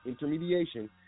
intermediation